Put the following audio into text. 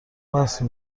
وصل